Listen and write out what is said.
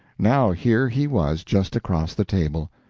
now here he was just across the table.